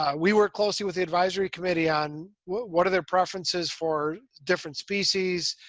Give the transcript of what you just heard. ah we work closely with the advisory committee on, what are their preferences for different species?